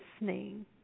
listening